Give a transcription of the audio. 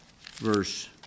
verse